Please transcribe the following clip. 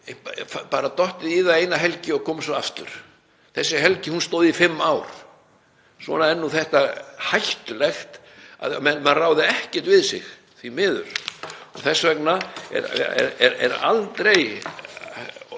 bara dottið í það eina helgi og komið svo aftur. Þessi helgi stóð í fimm ár. Svona er þetta hættulegt og menn ráða ekkert við sig, því miður. Þess vegna er aldrei